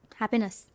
happiness